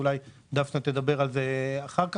ואולי דפנה תדבר על זה אחר כך.